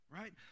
right